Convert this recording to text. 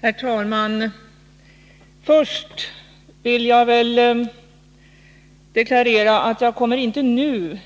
Herr talman! För det första vill jag deklarera att jag inte kommer att nu